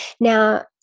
Now